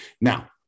Now